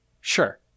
Sure